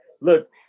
Look